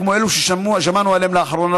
כמו אלו ששמענו עליהם לאחרונה,